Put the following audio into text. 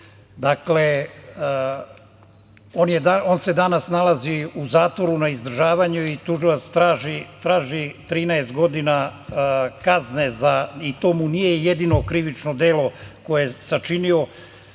on se danas nalazi u zatvoru na izdržavanju i tužilac traži 13 godina kazne i to mu nije jedino krivično delo koje je sačinio.